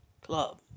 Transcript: club